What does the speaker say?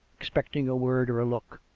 expecting a word or a look.